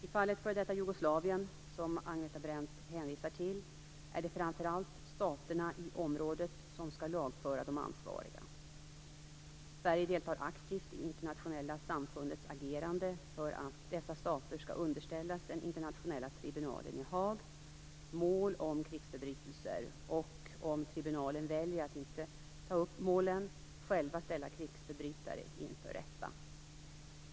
I fallet f.d. Jugoslavien, som Agneta Brendt hänvisar till, är det framför allt staterna i området som skall lagföra de ansvariga. Sverige deltar aktivt i internationella samfundets agerande för att dessa stater skall underställa den internationella tribunalen i Haag mål om krigsförbrytelser och, om tribunalen väljer att inte ta upp målen, själva ställa krigsförbrytare inför rätta.